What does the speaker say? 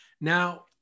Now